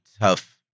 tough